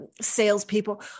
salespeople